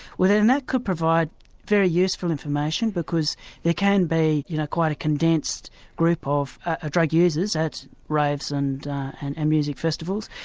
well then that could provide very useful information because there can be you know quite a condensed group of ah drug users at raves and and and music festivals.